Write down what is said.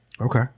Okay